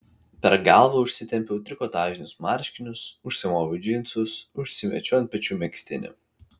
per galvą užsitempiau trikotažinius marškinius užsimoviau džinsus užsimečiau ant pečių megztinį